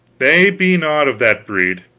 they be not of that breed!